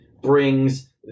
brings